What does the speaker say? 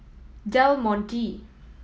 Del Monte